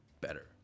better